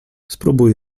spróbuj